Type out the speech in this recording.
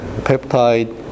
peptide